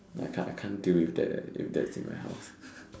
I can't I can't deal with that eh if that's in my house